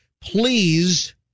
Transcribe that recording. please